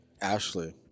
Ashley